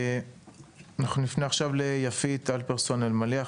אנחנו נפנה עכשיו ליפית אלפרסון אלמליח,